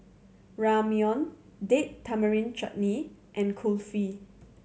Ramyeon Date Tamarind Chutney and Kulfi